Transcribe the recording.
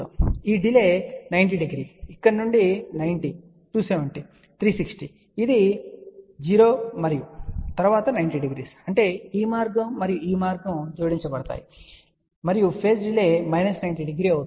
కాబట్టి ఈ delay minus 90 degree ఇక్కడ నుండి 90 270 360 డిగ్రీ ఇది 0 మరియు తరువాత 90 డిగ్రీలు అంటే ఈ మార్గం మరియు ఈ మార్గం జతచేయబడతాయి మరియు పేజ్ డిలే మైనస్ 90 డిగ్రీ అవుతుంది